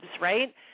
right